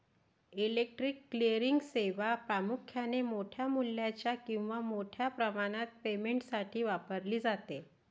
electronic clearing सेवा प्रामुख्याने मोठ्या मूल्याच्या किंवा मोठ्या प्रमाणात पेमेंटसाठी वापरली जाते